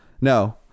No